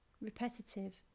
Repetitive